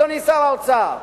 אדוני שר האוצר.